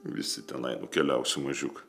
visi tenai nukeliausim mažiuk